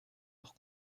leur